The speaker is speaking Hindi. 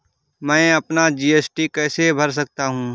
मैं अपना जी.एस.टी कैसे भर सकता हूँ?